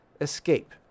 escape